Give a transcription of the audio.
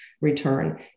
return